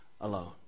alone